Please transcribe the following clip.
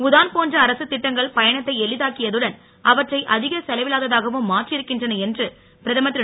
உதான் போன்ற அரசுத் திட்டங்கள் பயணத்தை எளிதாக்கியதுடன் அவற்றை அதிக செலவிலாததாகவும் மாற்றியிருக்கின்றன என்று பிரதமர் திரு